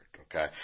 Okay